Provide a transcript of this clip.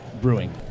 brewing